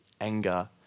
anger